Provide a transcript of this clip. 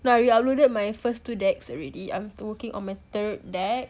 I re-uploaded my first two decks already I'm working on my third deck